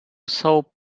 jsou